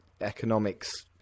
economics